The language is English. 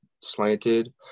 slanted